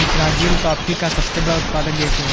Brazil coffee का सबसे बड़ा उत्पादक देश है